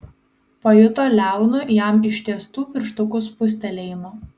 pajuto liaunų jam ištiestų pirštukų spustelėjimą